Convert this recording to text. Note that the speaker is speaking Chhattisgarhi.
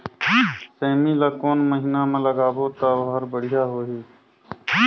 सेमी ला कोन महीना मा लगाबो ता ओहार बढ़िया होही?